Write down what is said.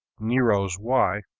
nero's wife,